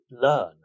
learn